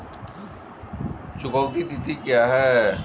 चुकौती तिथि क्या है?